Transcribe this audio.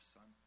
Son